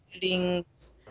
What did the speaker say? buildings